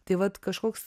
tai vat kažkoks